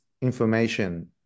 information